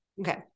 Okay